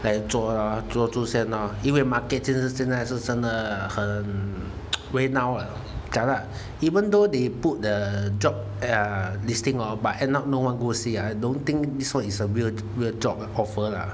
才做咯做着先咯因为 market 就是现在是真的很 going down lah jialat even though they put the job ah listing hor but end up no one go see ah I don't think this [one] is a real a real job offer ah